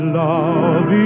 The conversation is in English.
love